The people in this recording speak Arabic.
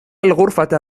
الغرفة